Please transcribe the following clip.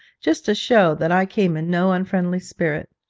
just to show that i came in no unfriendly spirit.